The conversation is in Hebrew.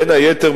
בין היתר,